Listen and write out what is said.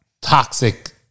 toxic